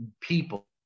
people